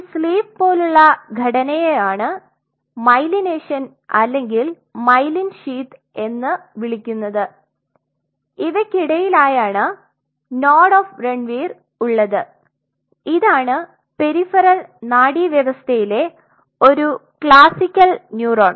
ഈ സ്ലീവ് പോലുള്ള ഘടനയെയാണ് മൈലിനേഷൻ അല്ലെങ്കിൽ മെയ്ലിൻ ഷീത്ത് എന്ന് വിളിക്കുന്നത് ഇവക്കിടയിലാണ് നോഡ്സ് ഓഫ് രൺവീർ ഉള്ളത് ഇതാണ് പെരിഫെറൽ നാഡീവ്യവസ്ഥയിലെ ഒരു ക്ലാസിക്കൽ ന്യൂറോൺ